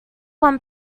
one